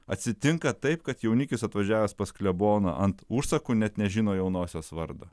atsitinka taip kad jaunikis atvažiavęs pas kleboną ant užsakų net nežino jaunosios vardo